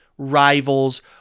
rivals